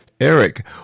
Eric